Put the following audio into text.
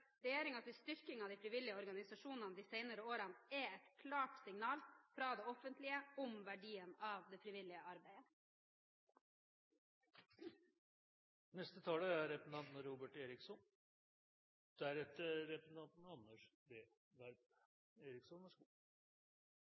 styrking av de frivillige organisasjonene de senere årene er et klart signal fra det offentlige om verdien av det frivillige arbeidet. Jeg er